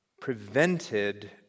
prevented